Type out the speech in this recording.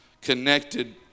connected